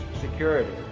security